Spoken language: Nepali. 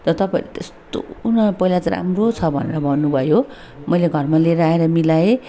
र तपाईँहरू त्यस्तो उनीहरू पहिला चाहिँ राम्रो छ भनेर भन्नुभयो मैले घरमा लिएर आएर मिलाएँ